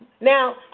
Now